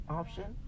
option